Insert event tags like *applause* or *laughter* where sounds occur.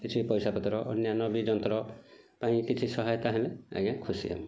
କିଛି ପଇସା ପତର ଅନ୍ୟାନ୍ୟ ବି ଯନ୍ତ୍ର ପାଇଁ କିଛି ସହାୟତା ହେଲେ ଆଜ୍ଞା ଖୁସି *unintelligible*